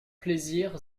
plaisir